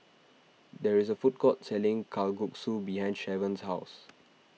there is a food court selling Kalguksu behind Shavon's house